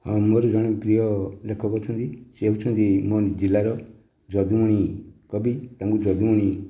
ମୋର ଜଣେ ପ୍ରିୟ ଲେଖକ ଅଛନ୍ତି ସେ ହେଉଛନ୍ତି ମୋ ଜିଲ୍ଲାର ଯଦୁମଣି କବି ତାଙ୍କୁ ଯଦୁମଣି